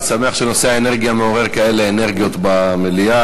אני שמח שנושא האנרגיה מעורר כאלה אנרגיות במליאה.